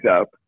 up